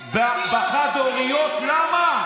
בחד-הוריות, למה?